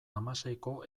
hamaseiko